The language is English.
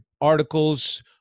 articles